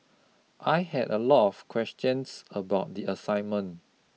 I had a lot of questions about the assignment